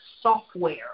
software